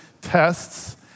tests